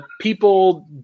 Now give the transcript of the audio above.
people